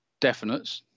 definites